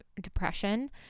depression